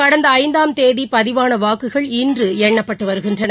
கடந்த ஐந்தாம் தேதி பதிவான வாக்குகள் இன்று எண்ணப்பட்டு வருகின்றன